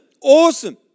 awesome